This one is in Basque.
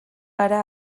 gara